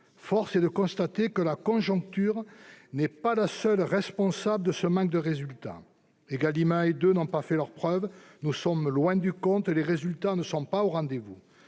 Force est de le constater, la conjoncture n'est pas la seule responsable de ce manque de résultats. Égalim 1 et Égalim 2 n'ont pas fait leurs preuves. Nous sommes loin du compte, et les résultats ne sont pas au rendez-vous.